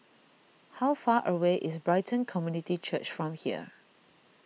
how far away is Brighton Community Church from here